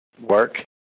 work